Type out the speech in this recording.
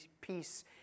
peace